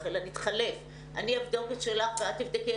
אלא נתחלף אני אבדוק את שלך ואת תבדקי את שלי.